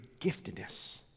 giftedness